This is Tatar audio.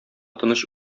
тыныч